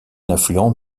affluent